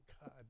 God